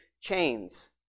chains